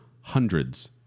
hundreds